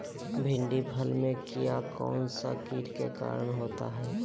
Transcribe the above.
भिंडी फल में किया कौन सा किट के कारण होता है?